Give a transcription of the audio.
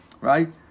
right